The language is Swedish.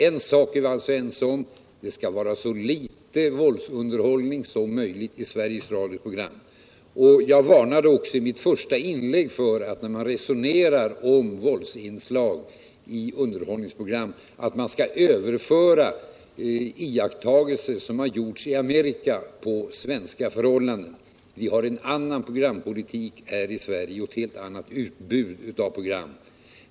En sak är vi alltså ense om: Det skall vara så lite våldsunderhållning som möjligt i Sveriges Radios program. Jag varnade också i mitt första inlägg för att, när man resonerar om våldsinslag i underhållningsprogram, överföra iakttagelser som har gjorts i Amerika på svenska förhållanden. Vi har en annan programpolitik här i Sverige och ett helt annat utbud av program.